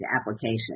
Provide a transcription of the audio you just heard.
application